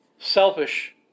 Selfish